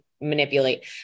manipulate